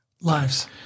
lives